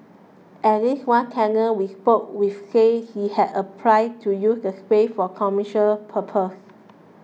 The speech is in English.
at least one tenant we spoke with said he had applied to use the space for commercial purposes